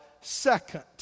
second